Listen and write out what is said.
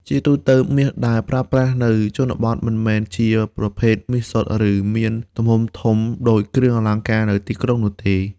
ជាទូទៅ មាសដែលប្រើប្រាស់នៅជនបទមិនមែនជាប្រភេទមាសសុទ្ធ ឬមានទំហំធំដូចគ្រឿងអលង្ការនៅទីក្រុងនោះទេ។